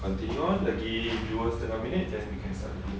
continue lagi dua setengah minit then we can stop already